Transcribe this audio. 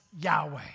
Yahweh